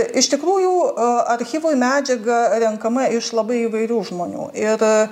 iš tikrųjų archyvui medžiaga renkama iš labai įvairių žmonių ir